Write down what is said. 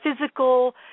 physical